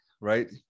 right